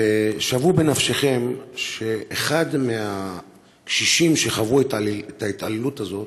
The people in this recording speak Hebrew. שוו בנפשכם שאחד מהקשישים שחוו את ההתעללות הזאת